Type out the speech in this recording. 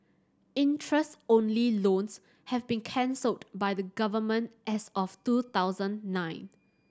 interest only loans have been cancelled by the Government as of two thousand nine